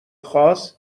خاص